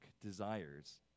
desires